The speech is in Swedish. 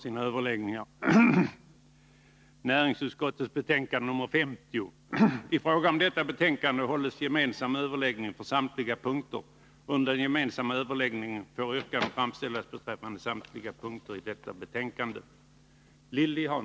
I fråga om detta betänkande hålles gemensam överläggning för samtliga punkter. Under den gemensamma överläggningen får yrkanden framställas beträffande samtliga punkter i betänkandet.